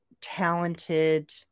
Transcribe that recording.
talented